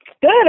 Good